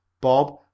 Bob